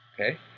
Okay